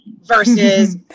versus